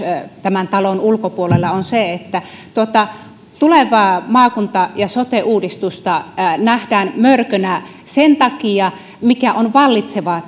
tämän talon ulkopuolella on se että tuo tuleva maakunta ja sote uudistus nähdään mörkönä sen takia mikä on vallitseva